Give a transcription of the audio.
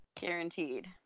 guaranteed